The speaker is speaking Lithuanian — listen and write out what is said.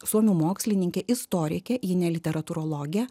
suomių mokslininkė istorikė ji ne literatūrologė